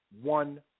one